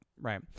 right